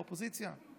מהאופוזיציה,